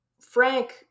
Frank